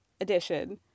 edition